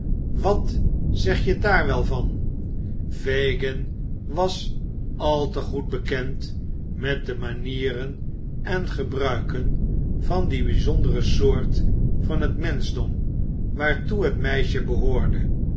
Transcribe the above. wat zeg je daar wel van fagin was al te goed bekend met de manieren en gebruiken van die bijzondere soort van het menschdom waartoe het meisje behoorde